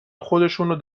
خودشون